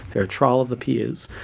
they're a trial of the peers.